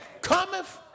cometh